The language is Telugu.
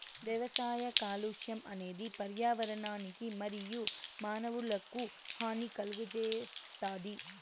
వ్యవసాయ కాలుష్యం అనేది పర్యావరణానికి మరియు మానవులకు హాని కలుగజేస్తాది